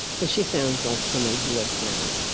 but she sounds like someone who lives now.